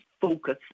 focus